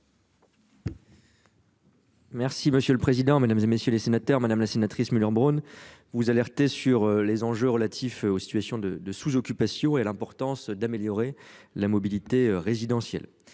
Merci monsieur le président, Mesdames, et messieurs les sénateurs, madame la sénatrice Muller-Bronn vous alerter sur les enjeux relatifs aux situations de de sous occupation et l'importance d'améliorer la mobilité résidentielle,